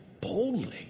boldly